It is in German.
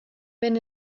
wenn